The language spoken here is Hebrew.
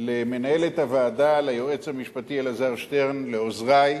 למנהלת הוועדה, ליועץ המשפטי אלעזר שטרן, לעוזרי,